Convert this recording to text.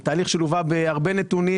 תהליך שלווה בהרבה נתונים,